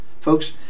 Folks